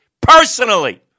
personally